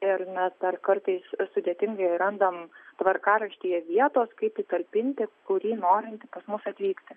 ir mes dar kartais sudėtingai randam tvarkaraštyje vietos kaip įtalpinti kurį norintį pas mus atvykti